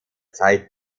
zeit